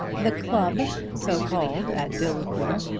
the club, so called at dillsborough,